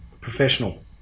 Professional